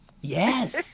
Yes